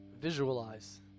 Visualize